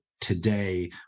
today